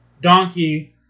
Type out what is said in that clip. Donkey